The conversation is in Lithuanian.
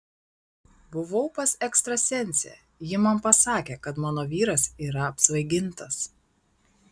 buvau pas ekstrasensę ji man pasakė kad mano vyras yra apsvaigintas